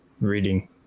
reading